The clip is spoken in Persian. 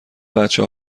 بچه